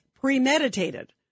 premeditated